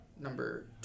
number